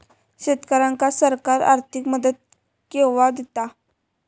शेतकऱ्यांका सरकार आर्थिक मदत केवा दिता?